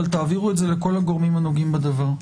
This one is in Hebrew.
תעבירו את זה לכל הגורמים הנוגעים בדבר.